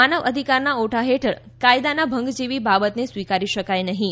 માનવ અધિકારના ઓઠા હેઠળ કાયદના ભંગ જેવી બાબતને સ્વીકારી શકાય નહીં